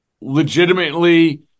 legitimately